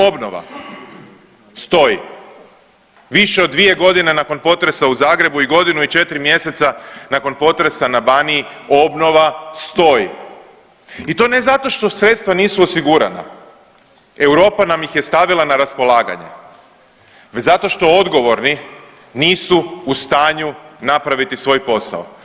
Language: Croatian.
Obnova stoji, više od dvije godine nakon potresa u Zagrebu i godinu i četiri mjeseca nakon potresa na Baniji obnova stoji i to ne zato što sredstva nisu osigurana, Europa nam ih je stavila na raspolaganje, već zato što odgovorni nisu u stanju napraviti svoj posao.